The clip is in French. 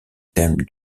thème